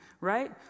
right